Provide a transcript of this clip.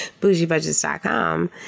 bougiebudgets.com